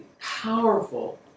powerful